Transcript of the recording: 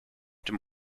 dem